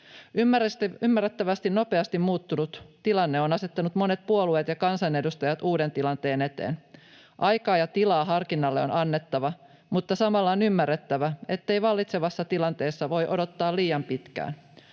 Ymmärrettävästi nopeasti muuttunut tilanne on asettanut monet puolueet ja kansanedustajat uuden tilanteen eteen. Aikaa ja tilaa harkinnalle on annettava, mutta samalla on ymmärrettävä, ettei vallitsevassa tilanteessa voi odottaa liian pitkään.